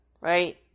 right